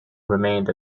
remained